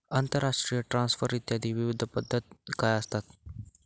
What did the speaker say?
आंतरराष्ट्रीय ट्रान्सफर इत्यादी विविध पद्धती काय असतात?